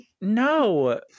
No